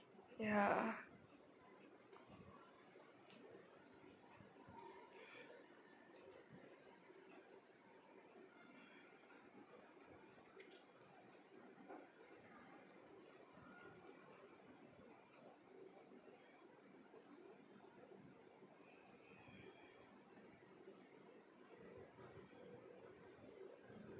ya